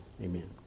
Amen